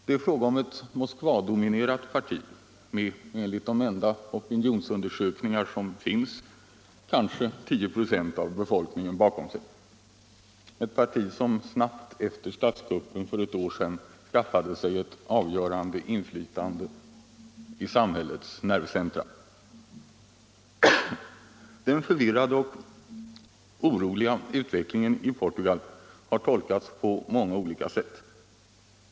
Det är fråga om ett Moskvadominerat parti med, enligt de enda opinionsundersökningar som finns, kanske 10 4 av befolkningen bakom sig, ett parti som snabbt efter statskuppen för ett år sedan skaffade sig ett avgörande inflytande över samhällets nervcentra. Den förvirrade och oroliga utvecklingen i Portugal har tolkats på många olika sätt.